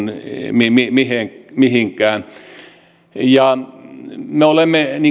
mihinkään mihinkään me olemme